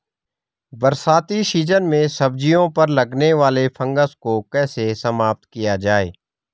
बरसाती सीजन में सब्जियों पर लगने वाले फंगस को कैसे समाप्त किया जाए?